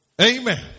Amen